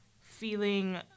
feeling